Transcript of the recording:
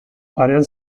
parean